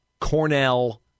Cornell